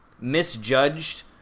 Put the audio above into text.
misjudged